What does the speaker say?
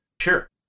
Sure